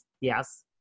yes